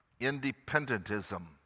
Independentism